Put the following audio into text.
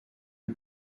une